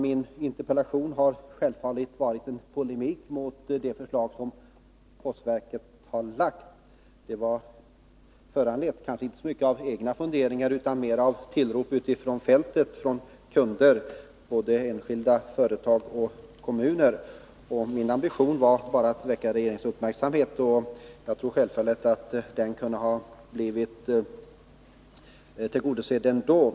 Min interpellation har självfallet varit en polemik mot det förslag som postverket har lagt fram. Den var kanske inte föranledd så mycket av egna funderingar utan mera av tillrop utifrån fältet — från kunder, både enskilda, företag, föreningar och kommuner. Min ambition var bara att fästa regeringens uppmärksamhet på saken, även jag tror att syftet kunde ha blivit tillgodosett ändå.